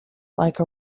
like